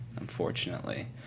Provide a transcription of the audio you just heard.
unfortunately